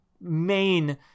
main